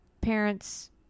parents